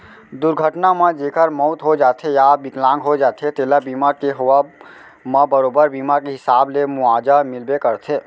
दुरघटना म जेकर मउत हो जाथे या बिकलांग हो जाथें तेला बीमा के होवब म बरोबर बीमा के हिसाब ले मुवाजा मिलबे करथे